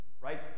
right